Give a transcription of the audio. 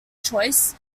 choice